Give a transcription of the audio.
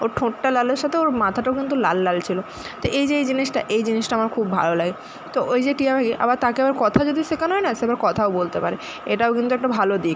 ওর ঠোঁটটা লালের সাথে ওর মাথাটাও কিন্তু লাল লাল ছিলো তো এই যে এই জিনিসটা এই জিনিসটা আমার খুব ভালো লাগে তো ওই যে টিয়া পাখি আবার তাকে আবার কথা যদি শেখানো হয় না সে আবার কোথাও বলতে পারে এটাও কিন্তু একটা ভালো দিক